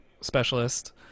specialist